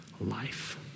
life